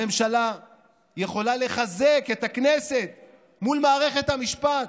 הממשלה יכולה לחזק את הכנסת מול מערכת המשפט,